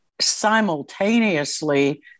simultaneously